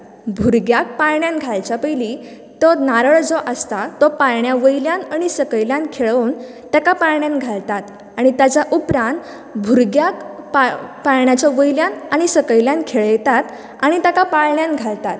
भुरग्यांक पाळण्यांत घालच्या पयली तो नारळ जो आसता पाळण्या वयल्यान आनी सकयल्यान खेळोवन ताका पाळण्यांत घालतात आनी ताच्या उपरांत भुरग्यांक पा पाळण्याच्या वयल्यान आनी सकयल्यान खेळयतात आनी ताका पाळण्यात घालतात